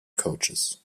coaches